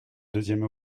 deuxième